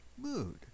mood